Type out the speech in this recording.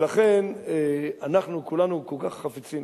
אנחנו כל כך חפצים